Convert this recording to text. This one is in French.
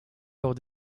lors